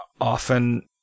often